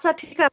হ্যাঁ ঠিক আছে